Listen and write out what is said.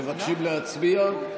מבקשים להצביע?